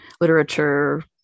literature